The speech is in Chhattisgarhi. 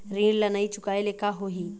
ऋण ला नई चुकाए ले का होही?